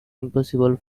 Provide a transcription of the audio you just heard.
impossible